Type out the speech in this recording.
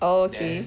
oh okay